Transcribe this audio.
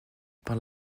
par